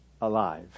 alive